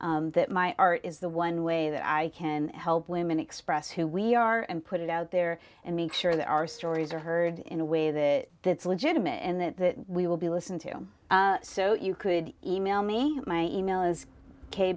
that my are is the one way that i can help women express who we are and put it out there and make sure that our stories are heard in a way that that's legitimate and that we will be listened to so you could email me my email is